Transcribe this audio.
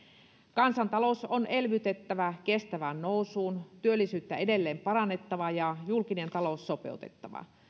kansantalous on elvytettävä kestävään nousuun työllisyyttä edelleen parannettava ja julkinen talous sopeutettava